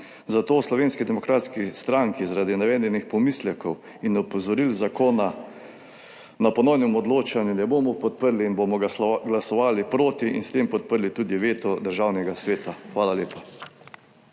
Zato v Slovenski demokratski stranki zaradi navedenih pomislekov in opozoril zakona na ponovnem odločanju ne bomo podprli in bomo glasovali proti in s tem podprli tudi veto Državnega sveta. Hvala lepa.